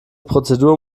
prozedur